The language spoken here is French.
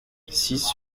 six